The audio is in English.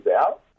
out